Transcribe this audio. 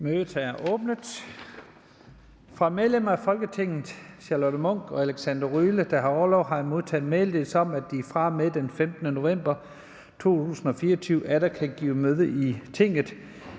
Mødet er åbnet. Fra medlemmer af Folketinget Charlotte Munch (DD) og Alexander Ryle (LA), der har orlov, har jeg modtaget meddelelse om, at de fra og med den 15. november 2024 atter kan give møde i Tinget.